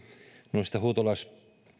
noista huutolais